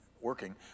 working